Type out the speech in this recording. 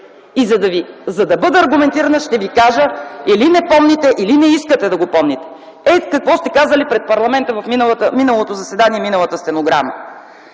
За да бъда аргументирана, ще Ви кажа: или не помните, или не искате да го помните. Ето какво сте казали пред парламента на миналото заседание: „Когато бъдат